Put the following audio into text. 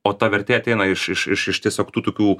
o ta vertė ateina iš iš iš iš tiesiog tų tokių